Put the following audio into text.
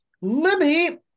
Libby